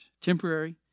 temporary